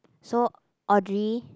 so Audrey